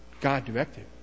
God-directed